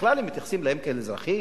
בכלל, הם מתייחסים אליהם כאל אזרחים?